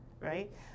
right